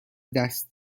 دست